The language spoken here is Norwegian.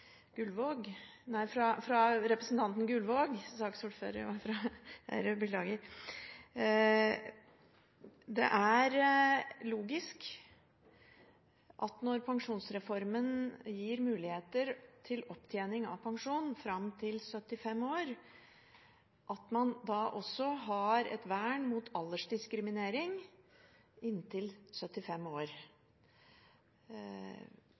Gullvåg. Det er logisk at når pensjonsreformen gir muligheter til opptjening av pensjon fram til 75 år, har man da også et vern mot aldersdiskriminering inntil 75 år.